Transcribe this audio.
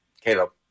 Caleb